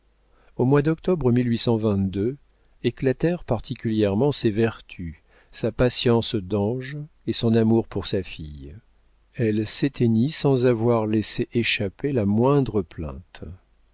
au mois d'octobre éclatèrent particulièrement ses vertus sa patience d'ange et son amour pour sa fille elle s'éteignit sans avoir laissé échapper la moindre plainte